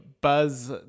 buzz